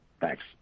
Thanks